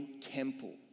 temple